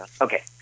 Okay